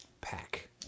pack